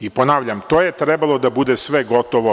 Ponavljam, to je trebalo da bude sve gotovo.